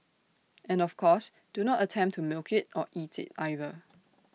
and of course do not attempt to milk IT or eat IT either